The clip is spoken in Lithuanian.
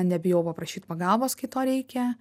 nebijau paprašyt pagalbos kai to reikia